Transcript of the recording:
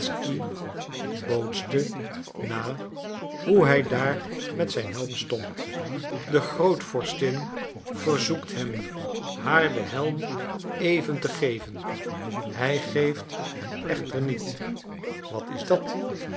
bootste na hoe hij daar met zijn helm stond de grootvorstin verzoekt hem haar den helm even te geven hij geeft hem echter niet wat is dat